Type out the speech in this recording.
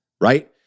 right